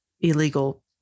illegal